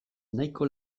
nahiko